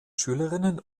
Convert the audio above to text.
schülerinnen